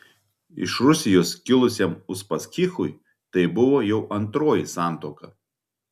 iš rusijos kilusiam uspaskichui tai buvo jau antroji santuoka